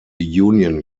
union